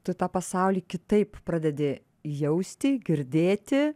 tu tą pasaulį kitaip pradedi jausti girdėti